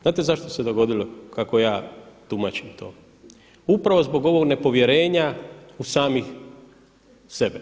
Znate zašto se dogodilo kako ja tumačim to, upravo zbog ovog nepovjerenja u same sebe.